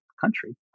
country